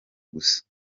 gusa